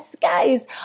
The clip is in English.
guys